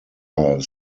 are